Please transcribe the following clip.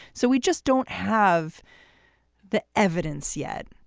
so we just don't have the evidence yet.